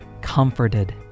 comforted